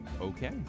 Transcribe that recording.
Okay